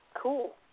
Cool